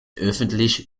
öffentlich